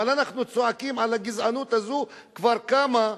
אבל אנחנו צועקים על הגזענות הזאת כבר כמה זמן,